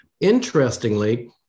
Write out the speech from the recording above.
Interestingly